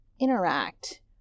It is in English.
interact